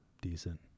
decent